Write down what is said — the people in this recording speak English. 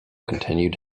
continued